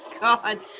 God